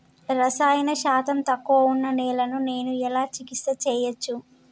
రసాయన శాతం తక్కువ ఉన్న నేలను నేను ఎలా చికిత్స చేయచ్చు?